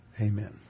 Amen